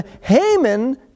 Haman